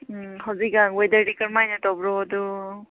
ꯎꯝ ꯍꯧꯖꯤꯛ ꯀꯥꯟ ꯋꯦꯗꯔꯗꯤ ꯀꯔꯝ ꯍꯥꯏꯅ ꯇꯧꯕ꯭ꯔꯣ ꯑꯗꯣ